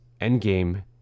endgame